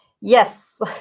yes